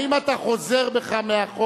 האם אתה חוזר בך מהחוק?